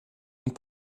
und